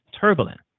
turbulent